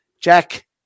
Jack